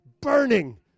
burning